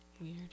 weird